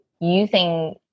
using